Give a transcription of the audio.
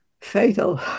fatal